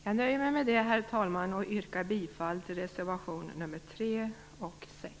Jag nöjer mig med det, herr talman, och yrkar bifall till reservationerna 3 och 6.